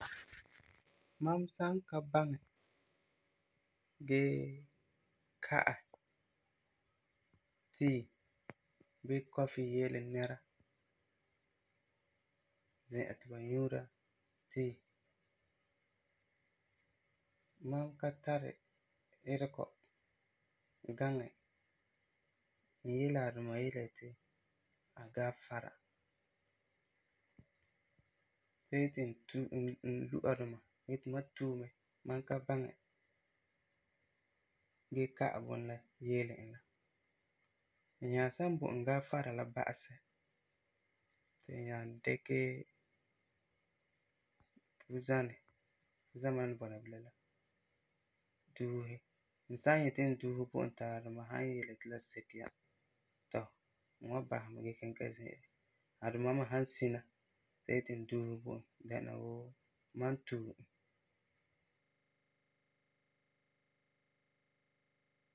Mam san ka baŋɛ gee ka'ɛ tea bii coffee yeele nɛra zi'an ti ba nyuura tea, mam ka tari itegɔ gaŋɛ n yele a duma yele yeti a gaafara. See ti n tu, lui a duma yeti mam tue mɛ, mam ka baŋɛ gee ka'ɛ bunɔ la yeele e la. N nyqq san bo e gaafara la ba'asɛ, ti n nyaa dikɛ fuzanɛ, fuzama la ni bɔna bilam la, duuse. N san yeti n duuse bo e ti a duma san yeti la seke ya, tɔ n wan basɛ gee kiŋɛ ta zi'ire. A duma me san sina gee yeti n duuse bo e dɛna wuu mam tue e.